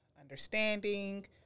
understanding